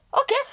Okay